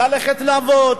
ללכת לעבוד,